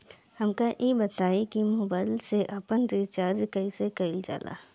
हमका ई बताई कि मोबाईल में आपन रिचार्ज कईसे करल जाला?